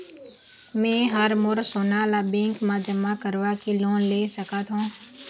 मैं हर मोर सोना ला बैंक म जमा करवाके लोन ले सकत हो?